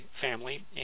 family